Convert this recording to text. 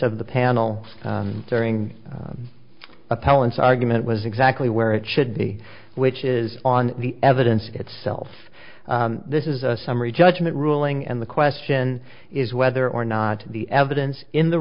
of the panel during appellant's argument was exactly where it should be which is on the evidence itself this is a summary judgment ruling and the question is whether or not the evidence in the